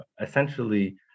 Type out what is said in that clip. essentially